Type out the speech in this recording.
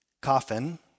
coffin